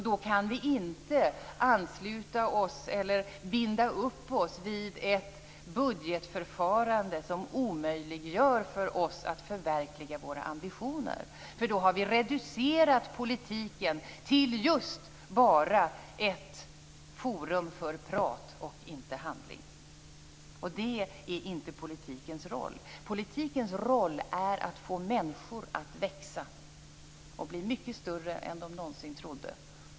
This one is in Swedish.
Då kan vi inte binda upp oss vid ett budgetförfarande som omöjliggör för oss att förverkliga våra ambitioner. Då har vi reducerat politiken till just bara ett forum för prat och inte handling. Det är inte politikens roll. Politikens roll är att få människor att växa och bli mycket större än de någonsin trodde.